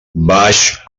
baix